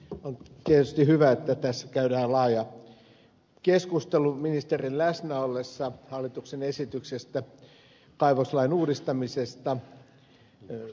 on tietysti hyvä että tässä käydään laaja keskustelu hallituksen esityksestä kaivoslain uudistamisesta ministerin läsnä ollessa